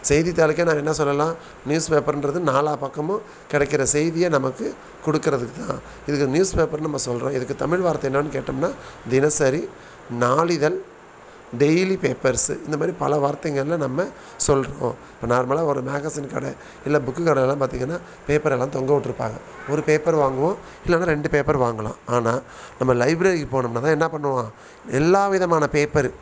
செய்தித்தாளுக்கே நாங்கள் என்ன சொல்லலாம் நியூஸ் பேப்பர்ன்றது நாலாப்பக்கமும் கிடைக்கிற செய்தியை நமக்கு கொடுக்கறதுக்கு தான் இதுக்கு நியூஸ் பேப்பர்னு நம்ம சொல்கிறோம் இதுக்கு தமிழ் வார்த்தை என்னன்னு கேட்டோம்னா தினசரி நாளிதழ் டெய்லி பேப்பர்ஸு இந்த மாதிரி பல வார்த்தைங்களில் நம்ம சொல்கிறோம் இப்போ நார்மலாக ஒரு மேகஸின் கடை இல்லை புக்கு கடைலாம் பார்த்திங்கன்னா பேப்பரெல்லாம் தொங்க விட்டிருப்பாங்க ஒரு பேப்பர் வாங்குவோம் இல்லைன்னா ரெண்டு பேப்பரு வாங்கலாம் ஆனால் நம்ம லைப்ரரிக்கு போனோம்னா தான் என்ன பண்ணுவோம் எல்லா விதமான பேப்பரு